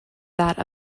that